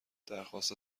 درخواست